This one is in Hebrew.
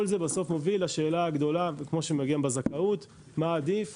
כל זה בסוף מביא לשאלה הגדולה כמו בזכאות מה עדיף